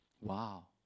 Wow